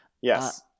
Yes